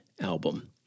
album